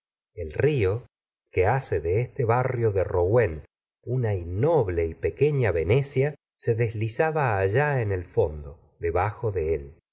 el río que hace de este barrio de rouen una innoble y pequefía venecia se deslizaba allá en el fondo debajo de él